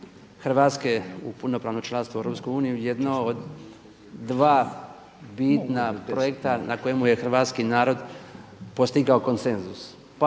Hrvatske u punopravno članstvo u EU jedno od dva bitna projekta na kojemu je hrvatski narod postigao konsenzus,